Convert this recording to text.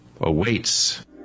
awaits